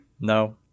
No